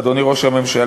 אדוני ראש הממשלה,